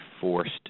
forced